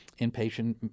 inpatient